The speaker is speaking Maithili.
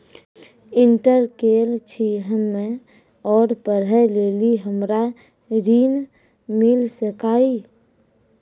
इंटर केल छी हम्मे और पढ़े लेली हमरा ऋण मिल सकाई?